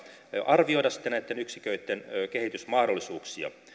arvioida sitten näitten yksiköitten kehitysmahdollisuuksia